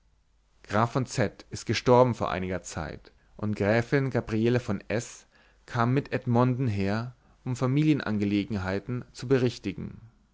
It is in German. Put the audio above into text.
graf von z ist gestorben vor einiger zeit und gräfin gabriele von s kam mit edmonden her um familienangelegenheiten zu berichtigen